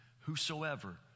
Whosoever